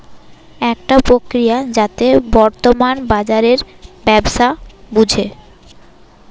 একটা প্রক্রিয়া যাতে বর্তমান বাজারের ব্যবস্থা বুঝে